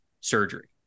surgery